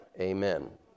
amen